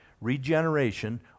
regeneration